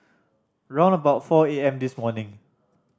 round about four A M this morning